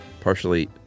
partially